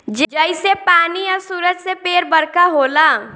जइसे पानी आ सूरज से पेड़ बरका होला